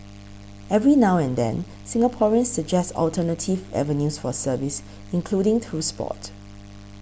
every now and then Singaporeans suggest alternative avenues for service including through sport